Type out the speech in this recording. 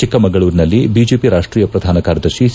ಚಿಕ್ಕಮಗಳೂರಿನಲ್ಲಿ ಬಿಜೆಪಿ ರಾಷ್ಷೀಯ ಪ್ರಧಾನ ಕಾರ್ಯದರ್ತಿ ಸಿ